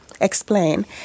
Explain